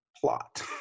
plot